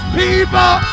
people